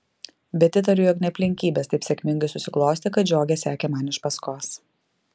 bet įtariu jog ne aplinkybės taip sėkmingai susiklostė kad žiogė sekė man iš paskos